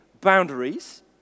boundaries